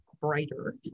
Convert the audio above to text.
brighter